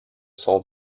son